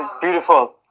beautiful